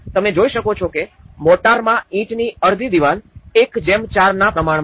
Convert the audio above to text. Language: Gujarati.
તમે જોઈ શકો છો કે સિમેન્ટ મોર્ટારમાં ઇંટની અડધી દિવાલ ૧૪ ના પ્રમાણમાં છે